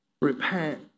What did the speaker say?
Repent